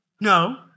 No